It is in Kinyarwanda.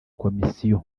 komisiyo